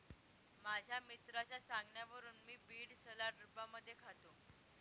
माझ्या मित्राच्या सांगण्यावरून मी बीड सलाड रूपामध्ये खातो